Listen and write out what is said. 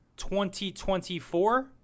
2024